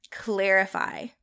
clarify